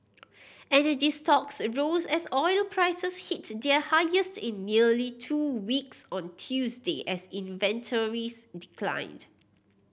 energy stocks rose as oil prices hit their highest in nearly two weeks on Tuesday as inventories declined